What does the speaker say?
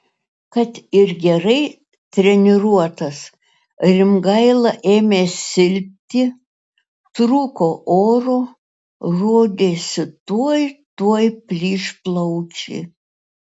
kad ir gerai treniruotas rimgaila ėmė silpti trūko oro rodėsi tuoj tuoj plyš plaučiai